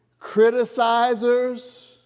criticizers